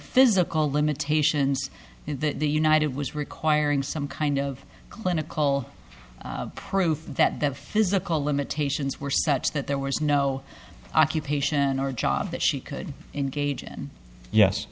physical limitations the united was requiring some kind of clinical proof that the physical limitations were such that there was no occupation or job that she could engage in yes